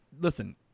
Listen